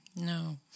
no